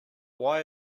why